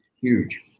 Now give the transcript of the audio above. Huge